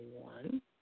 one